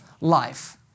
life